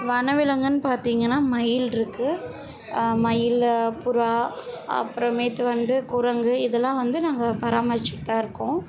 வனவிலங்குன்னு பார்த்திங்கனா மயில் இருக்குது மயில் புறா அப்புறமேட்டு வந்து குரங்கு இதல்லாம் வந்து நாங்கள் பராமரித்துக்கிட்டு தான் இருக்கோம்